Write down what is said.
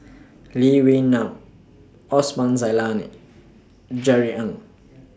Lee Wee Nam Osman Zailani Jerry Ng